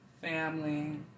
family